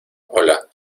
hola